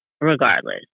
Regardless